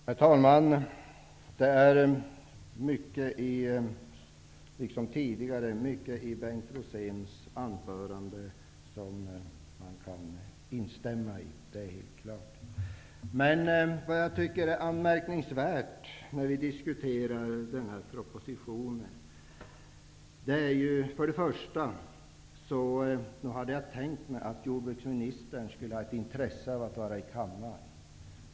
Herr talman! Det är helt klart att det är mycket i Bengt Roséns anförande som man kan instämma i. Men när vi nu diskuterar den här propositionen är det för det första anmärkningsvärt att jordbruksministern inte verkar ha något intresse av att vara här i kammaren.